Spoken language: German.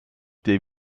der